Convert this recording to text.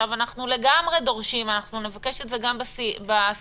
אנחנו לגמרי דורשים, אנחנו נבקש את זה גם בסיכום,